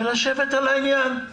ולשבת על העניין.